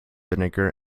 vinegar